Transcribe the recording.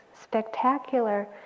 spectacular